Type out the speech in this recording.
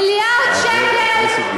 כן,